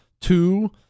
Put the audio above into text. Two